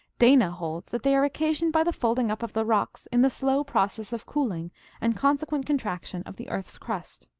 dana holds that they are occasioned by the folding up of the rocks in the slow process of cooling and consequent contraction of the earth's crust.